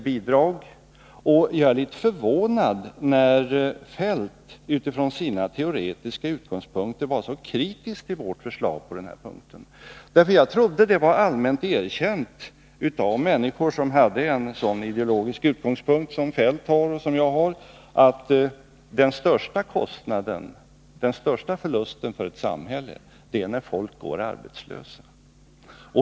Jag är litet förvånad över att Kjell-Olof Feldt från sina teoretiska utgångspunkter var så kritisk mot vårt förslag på denna punkt. Jag trodde att det var allmänt erkänt av människor med en sådan ideologisk utgångspunkt som Kjell-Olof Feldt och jag har att den största förlusten för ett samhälle är att folk går arbetslösa.